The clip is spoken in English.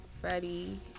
Freddie